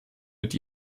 mit